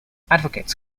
advocates